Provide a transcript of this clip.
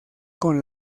con